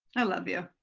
i love you.